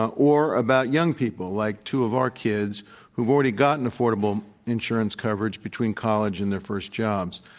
or about young people like two of our kids who've already gotten affordable insurance coverage between college and their first jobs.